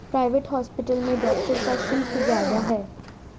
private hospital में doctor का शुल्क ज्यादा है